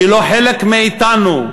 שהיא לא חלק מאתנו.